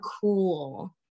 cool